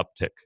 uptick